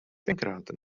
tenkrát